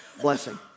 blessing